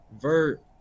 vert